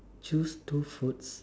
choose two foods